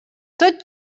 tot